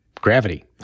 gravity